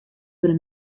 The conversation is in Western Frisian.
wurde